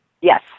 Yes